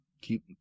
Keep